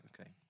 Okay